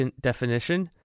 definition